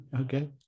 Okay